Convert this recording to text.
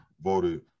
voted